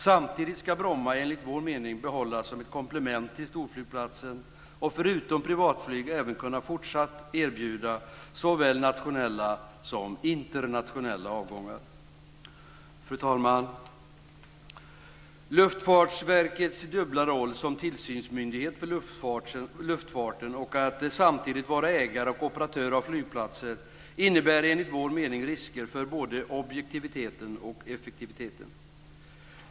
Samtidigt ska enligt vår mening Bromma behållas som ett komplement till storflygplatsen och förutom att ha privatflyg även fortsatt kunna erbjuda såväl nationella som internationella avgångar. Fru talman! Luftfartsverkets dubbla roll som tillsynsmyndighet för luftfarten och samtidigt ägare och operatör för flygplatser innebär enligt vår mening risker både för objektiviteten och effektiviteten.